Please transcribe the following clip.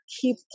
keep